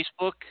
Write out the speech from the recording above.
Facebook